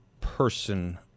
person